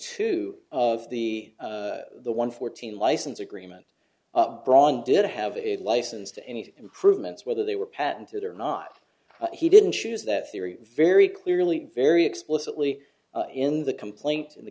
two of the the one fourteen license agreement braun did have a license to any improvements whether they were patented or not he didn't choose that theory very clearly very explicitly in the complaint in the